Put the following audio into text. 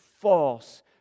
false